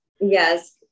yes